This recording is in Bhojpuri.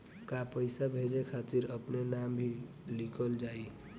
का पैसा भेजे खातिर अपने नाम भी लिकल जाइ?